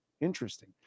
Interesting